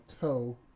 toe